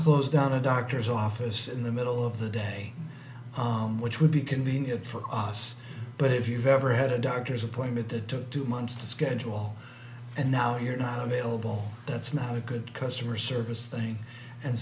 close down a doctor's office in the middle of the day on which would be convenient for us but if you've ever had a doctor's appointment that took two months to schedule and now you're not available that's not a good customer service thing and